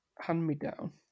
hand-me-down